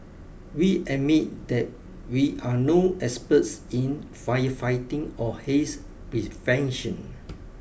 we admit that we are no experts in firefighting or haze prevention